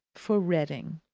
for reading.